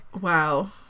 Wow